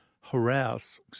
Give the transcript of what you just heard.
harass